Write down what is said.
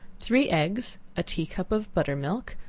three eggs, a tea-cup of butter-milk,